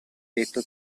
detto